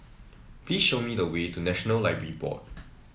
please show me the way to National Library Board